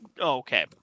Okay